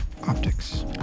optics